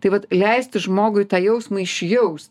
tai vat leisti žmogui tą jausmą išjaus